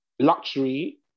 Luxury